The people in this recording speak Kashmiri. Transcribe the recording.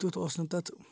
تیُتھ اوس نہٕ تَتھ